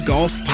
Golf